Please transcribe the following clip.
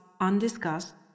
undiscussed